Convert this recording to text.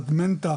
מנטה,